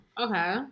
Okay